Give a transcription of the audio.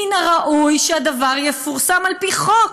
מן הראוי שהדבר יפורסם על פי חוק,